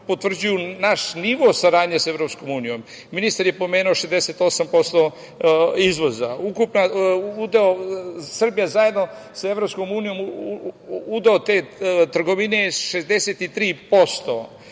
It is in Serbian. potvrđuju naš nivo saradnje sa EU. Ministar je pomenuo 68% izvoza. Srbija zajedno sa EU udeo te trgovine je